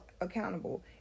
accountable